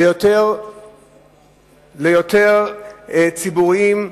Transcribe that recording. ליותר ציבורים,